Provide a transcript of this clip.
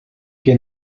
que